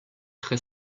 très